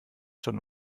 schon